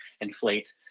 inflate